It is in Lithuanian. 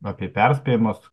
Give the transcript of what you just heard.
apie perspėjimus